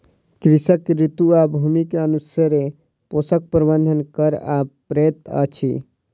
कृषक के ऋतू आ भूमि के अनुसारे पोषक प्रबंधन करअ पड़ैत अछि